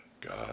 God